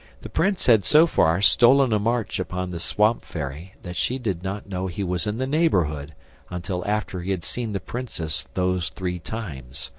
the prince had so far stolen a march upon the swamp-fairy that she did not know he was in the neighbourhood until after he had seen the princess those three times.